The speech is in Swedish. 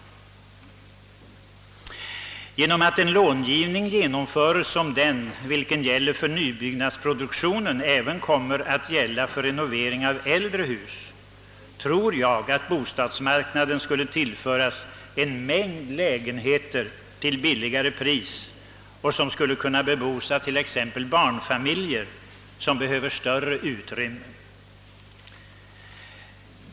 Jag tror att det genom en långivning för renovering av äldre hus, liknande den som gäller för nyproduktionen, skulle vara möjligt att tillföra bostadsmarknaden en mängd lägenheter till billigare pris — lägenheter som skulle kunna bebos exempelvis av barnfamiljer som behöver större utrymme.